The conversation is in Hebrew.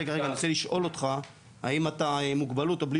רגע אני רוצה לשאול אותך האם אתה עם מוגבלות או בלי